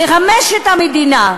לחמש את המדינה,